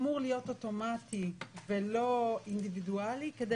הוא אמור להיות אוטומטי ולא אינדיבידואלי כדי